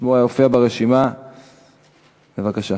ששמו הופיע ברשימה, בבקשה.